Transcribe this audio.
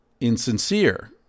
insincere